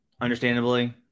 understandably